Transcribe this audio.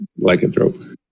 lycanthrope